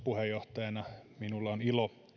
puheenjohtajana minulla on ilo